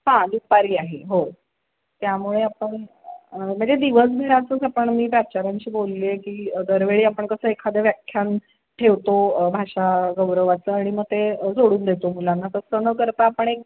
हां दुपारी आहे हो त्यामुळे आपण म्हणजे दिवसभराचंच आपण मी प्राचार्यांशी बोलली आहे की दरवेळी आपण कसं एखादं व्याख्यान ठेवतो भाषा गौरवाचं आणि मग ते जोडून देतो मुलांना तसं न करता आपण एक